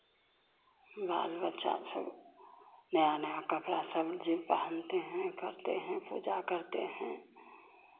बाल बच्चा सब नया नया कपड़ा सब जे पहनते हैं करते हैं पूजा करते हैं